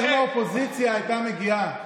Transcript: אם האופוזיציה הייתה מגיעה,